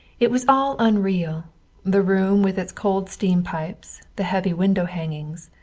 it was all unreal the room with its cold steam pipes, the heavy window hangings,